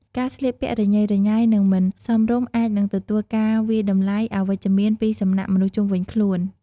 ការស្លៀកពាក់រញ៉េរញ៉ៃ និង មិនសមរម្យអាចនឹងទទួលការវាយតម្លៃអវិជ្ជមានពីសំណាក់មនុស្សជុំវិញខ្លួន។